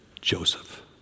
Joseph